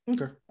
okay